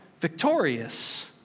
victorious